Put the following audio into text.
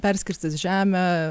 perskirstys žemę